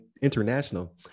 international